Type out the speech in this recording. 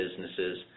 businesses